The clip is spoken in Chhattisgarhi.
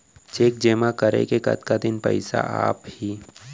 चेक जेमा करें के कतका दिन बाद पइसा आप ही?